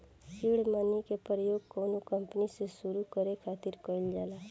seed money के प्रयोग कौनो कंपनी के सुरु करे खातिर कईल जाला